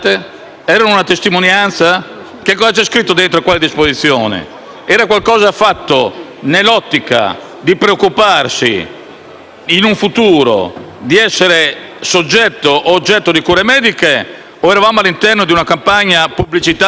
in un futuro di essere soggetto o oggetto di cure mediche, o eravamo all'interno una campagna pubblicitaria e propagandistica per spingere il Parlamento ad assumere determinate posizioni? Con questa sanatoria si dà a tali